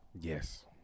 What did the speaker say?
Yes